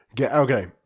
okay